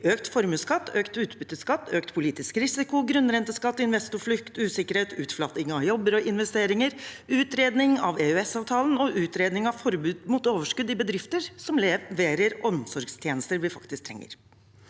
økt formuesskatt, økt utbytteskatt, økt politisk risiko, grunnrenteskatt, investorflukt, usikkerhet, utflating av jobber og investeringer, utredning av EØS-avtalen og utredning av forbud mot overskudd i bedrifter som leverer omsorgstjenester vi faktisk